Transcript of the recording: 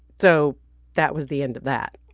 so that was the end of that.